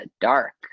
dark